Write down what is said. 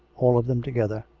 all of them together.